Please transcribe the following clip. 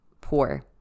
poor